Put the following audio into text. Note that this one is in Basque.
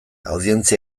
audientzia